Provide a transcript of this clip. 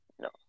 No